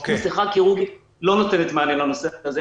מסכה כירורגית לא נותנת מענה לנושא הזה.